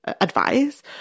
advice